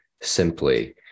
simply